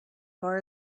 far